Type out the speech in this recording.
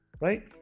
right